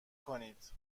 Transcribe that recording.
کنید